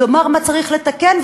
לומר מה צריך לתקן,